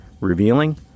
revealing